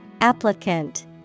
Applicant